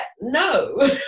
no